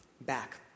back